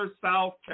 South